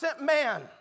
man